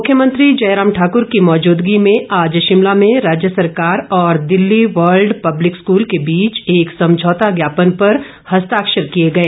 मुख्यमंत्री जयराम ठाकूर की मौजूदगी में आज शिमला में राज्य सरकार और दिल्ली वर्ल्ड पब्लिक स्कूल के बीच एक समझौता ज्ञापन पर हस्ताक्षर किए गए